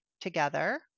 together